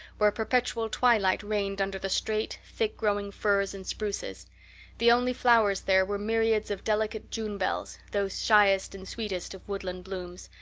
where perpetual twilight reigned under the straight, thick-growing firs and spruces the only flowers there were myriads of delicate june bells, those shyest and sweetest of woodland blooms,